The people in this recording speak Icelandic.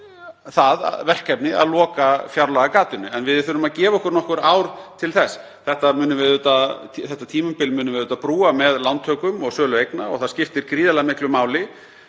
það verkefni að loka fjárlagagatinu. En við þurfum að gefa okkur nokkur ár til þess. Þetta tímabil munum við brúa með lántökum og sölu eigna og það skiptir gríðarlega miklu máli